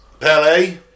Pele